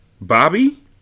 Bobby